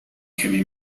heavy